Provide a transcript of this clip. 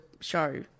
show